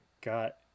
got